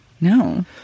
no